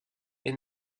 est